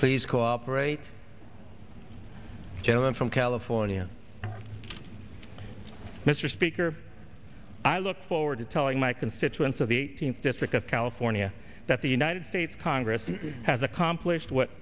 please cooperate gentleman from california mr speaker i look forward to telling my constituents of the district of california that the united states congress has accomplished what